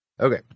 Okay